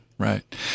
Right